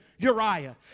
Uriah